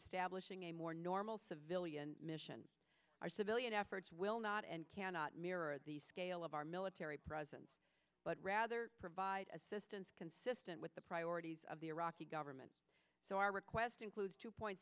establishing a more normal civilian mission our civilian efforts will not and cannot mirror the scale of our military presence but rather provide assistance consistent with the priorities of the iraqi government so our request includes two point